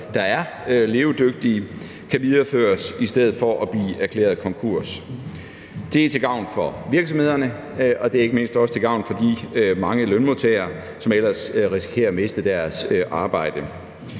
der er levedygtige, kan videreføres i stedet for at blive erklæret konkurs. Det er til gavn for virksomhederne, og det er ikke mindst også til gavn for de mange lønmodtagere, som ellers risikerer at miste deres arbejde.